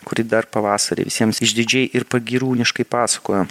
kuri dar pavasarį visiems išdidžiai ir pagyrūniškai pasakojo